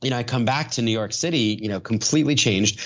and i come back to new york city you know completely changed.